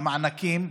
המענקים,